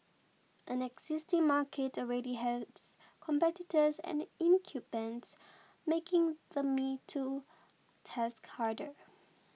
an existing market already has competitors and incumbents making the me too task harder